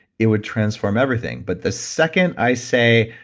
it would transform everything. but the second i say,